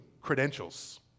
credentials